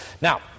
Now